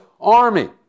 army